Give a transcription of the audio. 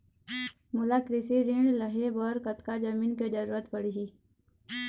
मोला कृषि ऋण लहे बर कतका जमीन के जरूरत पड़ही?